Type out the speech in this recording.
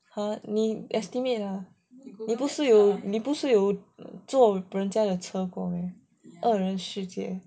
!huh! 你 estimate lah 你不是有坐人家的车过二人世界